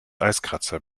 eiskratzer